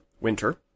winter